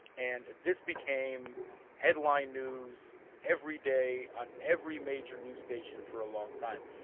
and this became headline news every day on every major news station for a long time.